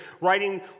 writing